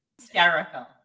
hysterical